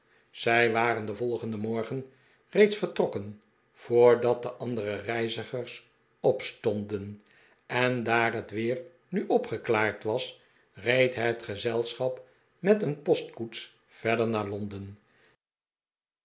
zij waren den volgenden morgen reeds vertrokken voordat de andere reizigers opstonden en daar het weer nu opgeklaard was reed het gezelschap met een postkoets verder naar londen